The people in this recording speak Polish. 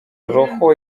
ruchu